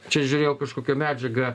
čia žiūrėjau kažkokią medžiagą